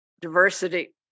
diversity